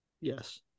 Yes